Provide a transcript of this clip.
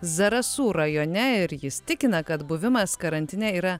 zarasų rajone ir jis tikina kad buvimas karantine yra